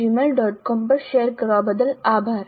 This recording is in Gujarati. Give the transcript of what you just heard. com પર શેર કરવા બદલ આભાર